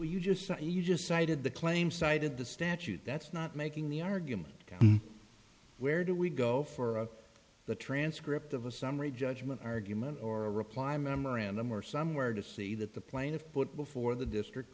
you just you just cited the claim cited the statute that's not making the argument where do we go for the transcript of a summary judgment argument or a reply memorandum or somewhere to see that the plaintiff put before the district